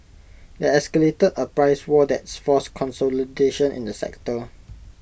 that escalated A price war that's forced consolidation in the sector